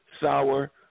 sour